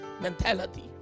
mentality